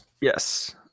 Yes